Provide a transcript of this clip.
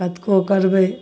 कतबो करबै